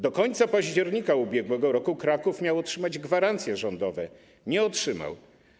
Do końca października ub.r. Kraków miał otrzymać gwarancje rządowe - nie otrzymał.